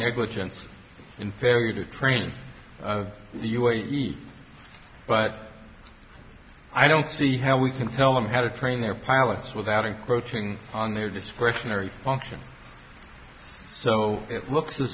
negligence in failure to train us eat but i don't see how we can tell them how to train their pilots without encroaching on their discretionary function so it looks as though